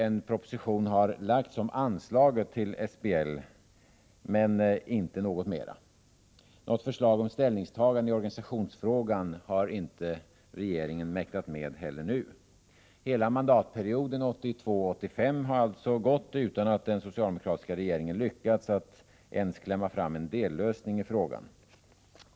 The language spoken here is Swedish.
En proposition har lagts om anslaget till SBL men inte om något mer. Något förslag till ställningstagande i organisationsfrågan har inte regeringen mäktat med. Hela mandatperioden 1982-1985 har alltså gått utan att den socialdemokratiska regeringen lyckats klämma fram ens en dellösning av frågan.